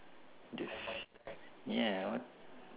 dif~ ya what